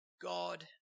God